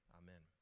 amen